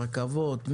רכבות,